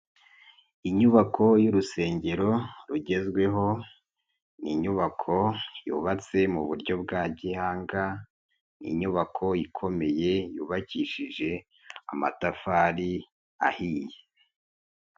Inyubako y'urusengero rugezweho, ni inyubako yubatse mu buryo bwa gihanga, inyubako ikomeye yubakishije amatafari ahinye.